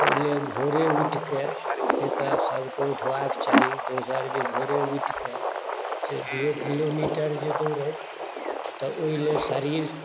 पहिले भोरे उठिके से तऽ सभकेँ उठबाके चाही दोसर जे भोरे उठिके से दूओ किलोमीटर जे दौड़थि तऽ ओहिलेल शरीर